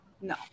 no